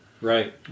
Right